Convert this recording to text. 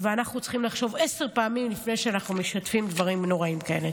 צריכים לחשוב עשר פעמים לפני שאנחנו משתפים דברים נוראים כאלה.